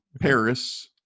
Paris